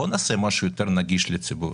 בואו נעשה משהו יותר נגיש לציבור,